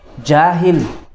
jahil